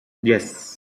yes